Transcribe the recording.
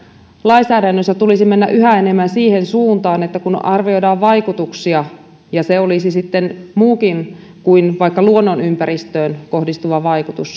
lainsäädännössä tulisi mennä yhä enemmän siihen suuntaan että kun arvioidaan vaikutuksia ja se olisi sitten muukin kuin vaikka luonnonympäristöön kohdistuva vaikutus